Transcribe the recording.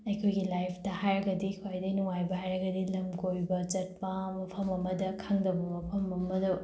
ꯑꯩꯈꯣꯏꯒꯤ ꯂꯥꯏꯐꯇ ꯍꯥꯏꯔꯒꯗꯤ ꯈ꯭ꯋꯥꯏꯗꯒꯤ ꯅꯨꯡꯉꯥꯏꯕ ꯍꯥꯏꯔꯒꯗꯤ ꯂꯝ ꯀꯣꯏꯕ ꯆꯠꯄ ꯃꯐꯝ ꯑꯃꯗ ꯈꯪꯗꯕ ꯃꯐꯝ ꯑꯃꯗ